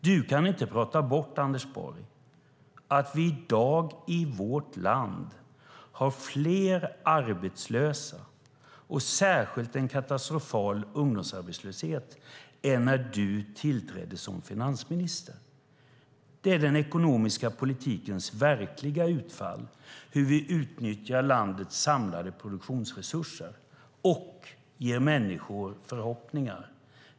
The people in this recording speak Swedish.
Du kan inte prata bort, Anders Borg, att vi i dag i vårt land har fler arbetslösa och särskilt en katastrofal ungdomsarbetslöshet än när du tillträdde som finansminister. Den är den ekonomiska politikens verkliga utfall. Den handlar om hur vi utnyttjar landets samlade produktionsresurser och ger människor förhoppningar.